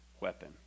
weapon